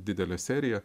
didelė serija